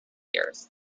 years